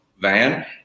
van